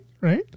Right